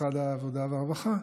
משרד העבודה והרווחה,